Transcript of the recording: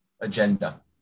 agenda